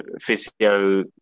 physio